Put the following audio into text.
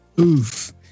Oof